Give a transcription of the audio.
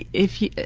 if you're,